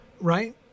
right